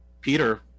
peter